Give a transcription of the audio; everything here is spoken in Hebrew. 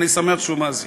אני שמח שהוא מאזין.